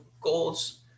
goals